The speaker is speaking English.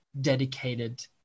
dedicated